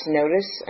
notice